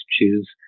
choose